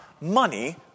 money